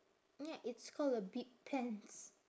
it's call a big pants